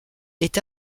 est